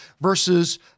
versus